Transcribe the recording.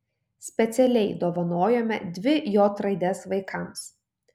specialiai dovanojome dvi j raides vaikams